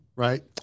Right